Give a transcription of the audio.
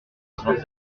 avant